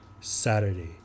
Saturday